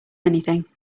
anything